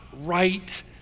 right